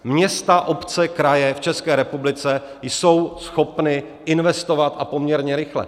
Města, obce, kraje v České republice jsou schopny investovat, a poměrně rychle.